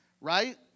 right